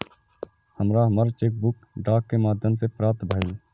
हमरा हमर cheque book डाक के माध्यम से प्राप्त भईल